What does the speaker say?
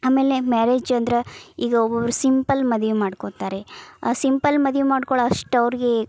ಆಮೇಲೆ ಮ್ಯಾರೇಜ್ ಅಂದ್ರೆ ಈಗ ಒಬ್ಬೊಬ್ರು ಸಿಂಪಲ್ ಮದ್ವೆ ಮಾಡ್ಕೋತಾರೆ ಆ ಸಿಂಪಲ್ ಮದ್ವಿ ಮಾಡ್ಕೊಳ್ಳೋಷ್ಟು ಅವ್ರಿಗೆ